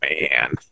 man